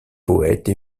poète